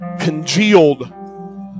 congealed